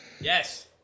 Yes